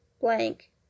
blank